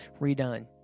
Redone